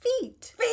feet